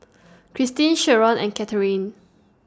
Kristin Sherron and Catharine